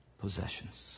Possessions